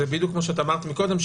היא בדיוק כמו שאמרת קודם,